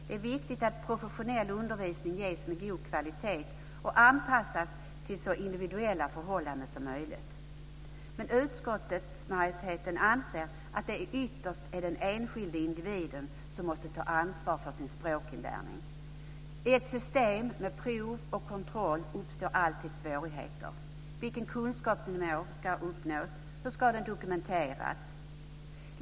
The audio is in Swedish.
Det är viktigt att professionell undervisning ges med god kvalitet och anpassas till så individuella förhållanden som möjligt. Men utskottsmajoriteten anser att det ytterst är den enskilde individen som måste ta ansvar för sin språkinlärning. I ett system med prov och kontroll uppstår alltid svårigheter. Vilken kunskapsnivå ska uppnås? Hur ska den dokumenteras?